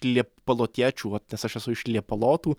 liepalotiečių vat nes aš esu iš liepalotų